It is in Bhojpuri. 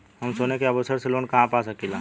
हम सोने के आभूषण से लोन कहा पा सकीला?